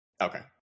Okay